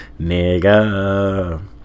nigga